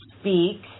speak